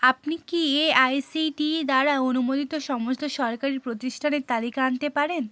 আপনি কি এআইসিটিই দ্বারা অনুমোদিত সমস্ত সরকারি প্রতিষ্ঠানের তালিকা আনতে পারেন